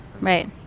right